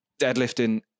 deadlifting